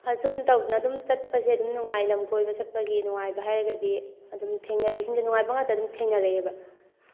ꯑꯁꯨꯝ ꯇꯧꯗꯅ ꯑꯗꯨꯝ ꯆꯠꯄꯁꯦ ꯑꯗꯨꯝ ꯅꯨꯡꯉꯥꯏ ꯂꯝꯀꯣꯏꯕ ꯆꯠꯄꯒꯤ ꯅꯨꯡꯉꯥꯏꯕ ꯍꯥꯏꯒꯗꯤ ꯑꯗꯨꯝ ꯊꯦꯡꯅꯔꯛꯏꯁꯤꯡꯗꯨ ꯅꯨꯡꯉꯥꯏꯕ ꯉꯥꯛꯇ ꯑꯗꯨꯝ ꯊꯦꯡꯅꯔꯛꯑꯦꯕ